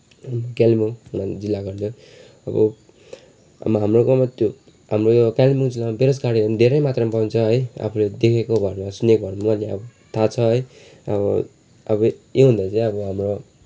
कालिम्पोङ जिल्लाकोहरूले अब हाम्रो गाउँमा त्यो हाम्रो यो कालिम्पोङ जिल्लामा बेरोजगारहरू पनि धेरै मात्रामा पाउँछ है आफूले देखेको भरमा सुनेको भरमा मलाई चाहिँ अब थाहा छ है अब अब यो भन्दा चाहिँ अब हाम्रो